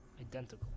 identical